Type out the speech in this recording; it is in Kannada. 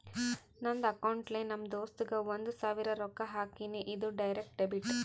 ನಂದ್ ಅಕೌಂಟ್ಲೆ ನಮ್ ದೋಸ್ತುಗ್ ಒಂದ್ ಸಾವಿರ ರೊಕ್ಕಾ ಹಾಕಿನಿ, ಇದು ಡೈರೆಕ್ಟ್ ಡೆಬಿಟ್